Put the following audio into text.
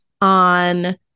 on